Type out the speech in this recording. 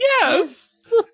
Yes